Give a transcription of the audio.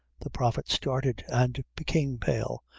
the prophet started and became pale,